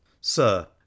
Sir